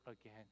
again